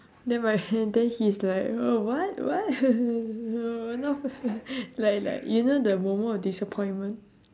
then by then then he's like uh what what like like you know the moment of disappointment